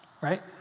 right